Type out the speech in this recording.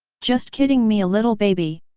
just kidding me a little baby!